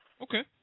Okay